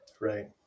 right